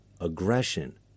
aggression